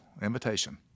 invitation